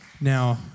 Now